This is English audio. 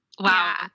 wow